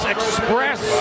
Express